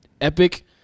epic